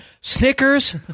Snickers